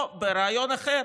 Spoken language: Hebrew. בריאיון אחר